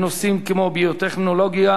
בנושאים כמו ביו-טכנולוגיה,